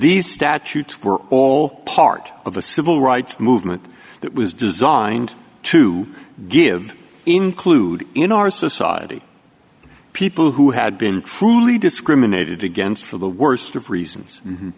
these statutes were all part of a civil rights movement that was designed to give including in our society people who had been truly discriminated against for the worst of reasons